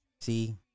See